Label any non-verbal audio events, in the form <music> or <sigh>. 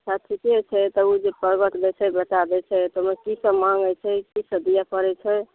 सब ठीके छै तब ओ जे <unintelligible> दै छै बेटा दै छै की सब माङ्गै छै की सब दीअ पड़ै छै